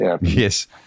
Yes